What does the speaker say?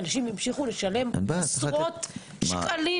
האם אנשים ימשיכו לשלם עשרות שקלים?